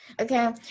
Okay